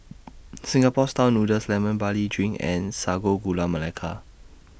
Singapore Style Noodles Lemon Barley Drink and Sago Gula Melaka